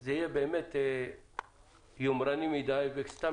--- זה יהיה באמת יומרני מידי וסתם